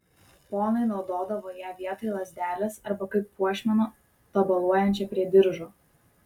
ponai naudodavo ją vietoj lazdelės arba kaip puošmeną tabaluojančią prie diržo